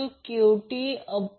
42 milliampere असेल आणि 2 36